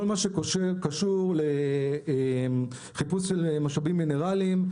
מה שקשור לחיפוש של משאבים מינרלים.